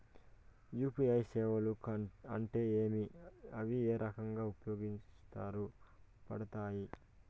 UPI సేవలు అంటే ఏమి, అవి ఏ రకంగా ఉపయోగపడతాయి పడతాయి?